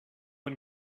and